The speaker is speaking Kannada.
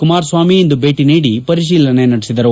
ಕುಮಾರಸ್ವಾಮಿ ಇಂದು ಭೇಟಿ ನೀಡಿ ಪರಿತೀಲನೆ ನಡೆಸಿದರು